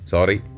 Sorry